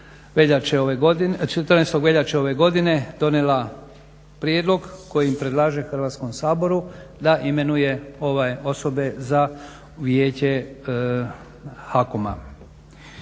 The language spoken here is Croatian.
14.veljače ove godine donijela prijedlog kojim predlaže Hrvatskom saboru da imenuje ove osobe za Vijeće HAKOM-a.